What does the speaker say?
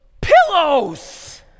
pillows